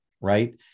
Right